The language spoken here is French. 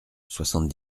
soixante